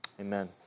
Amen